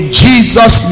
jesus